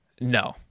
No